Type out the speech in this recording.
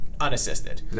unassisted